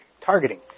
targeting